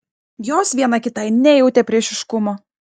jos viena kitai nejautė priešiškumo